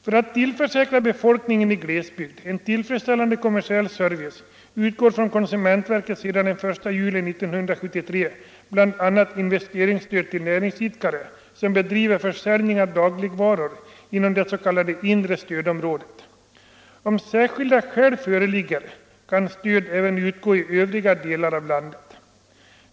För att tillförsäkra befolkningen i glesbygd en tillfredsställande kommersiell service utgår från konsumentverket sedan den 1 juli 1973 bl.a. investeringsstöd till näringsidkare som bedriver försäljning av dagligvaror inom det s.k. inre stödområdet. Om särskilda skäl föreligger kan stöd även utgå i övriga delar av landet.